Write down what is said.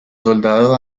soldado